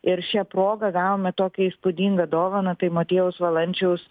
ir šia proga gavome tokią įspūdingą dovaną tai motiejaus valančiaus